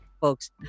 folks